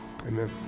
Amen